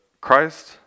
Christ